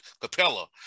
Capella